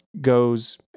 goes